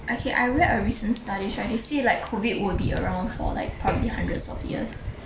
okay I read a recent study to see if like COVID would be around for like probably hundreds of years